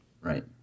Right